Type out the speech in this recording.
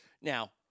Now